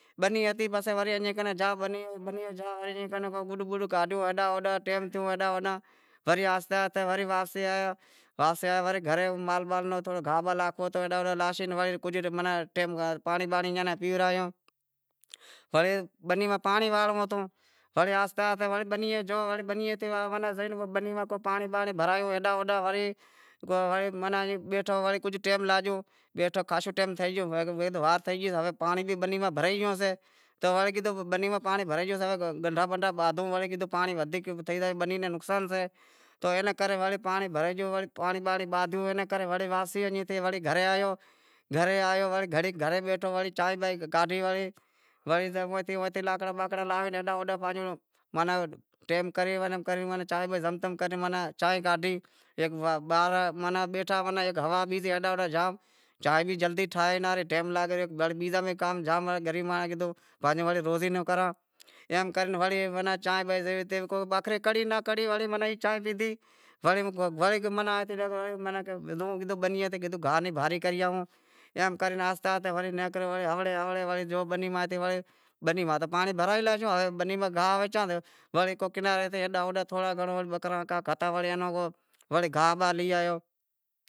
بنی ہتی تو ایئں کنیں بنی نیں زاواں، ایم گڈ بڈ کاڈھیو کو ہیڈاں ہوڈاں وری آہستے آہستے وری واپسی آیا، واپسی آیا تو ورڑے گھرے مال بال ناں گاہ باہ ناکھوو ہتو ہیڈاں ہوڈاں لاشیں وڑے ماناں پانڑی بانڑی ایئاں ناں پیورایو وڑے بنی ماں پانڑی وانڑنڑو ہتو وڑے آہستے آہستے بنیے جووں بنیئے تے زائے وڑے کو پانڑی بانڑی بھرایو ہیڈاں ہوڈاں وڑے ماناں ایئں بیٹھو وڑے ماناں کجھ ٹیم لاگیو بیٹھا خاشو ٹیم تھئی گیو ہوے واہنر تھے گئی پانڑی بھی بنی ماہ بھرے گیوں ہوشے تو وڑے کیدہو بنی ماہ پانڑی بھرے گیو ہوشے تو گنڈھا بنڈھا بادھوں وڑے متی پانڑی ودھیک تھئی زائے بنی ناں نقصان تھے تو ایئنے کرے پانڑی بھرے گیو تو وڑے پانڑی بادھیو تو وڑے گھرے آیو۔ گھرے بیٹھو تو چانہیں بانہیں کاڈھی وڑے لانکڑا بانکڑا لاہوے وڑے ٹیم کاڈھے جم تم کرے چانیہں کاڈھی ماناں بیٹھا ہیڈاں ہوا بوا جام چانہیں بھی جلدی ٹھائے وڑے ٹیم لاگی رہیو گرمی جام کام بھی جام کام بھی جام گریب مانڑو کیدہو وڑے روزی ناں کراں ایویں کرے کو چاینہیں بانہیں کو کڑہی ناں کڑہی وڑے ماناں چاینہیں پیدہی وڑے کیدہو بنیئے زائوں گاہ ری بھاری کرے آئوں ایم کرے آہستے آہستے وڑے نیکریو ہوڑے ہوڑے وڑے گیو بنی ماہ وڑے بنی ماتھے پانڑی بھرائے لاشو ہوے بنی ماہ گاہ وساں کو کنارے تے ہیڈاں ہوڈاں وڑے گاہ باہ لی آیو